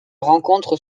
rencontre